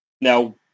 Now